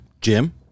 Jim